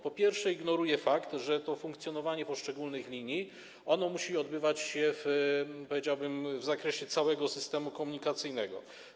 Po pierwsze, ignoruje ona fakt, że to funkcjonowanie poszczególnych linii musi odbywać się, powiedziałbym, w zakresie całego systemu komunikacyjnego.